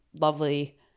lovely